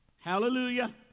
Hallelujah